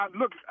look